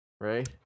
right